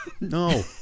No